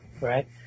right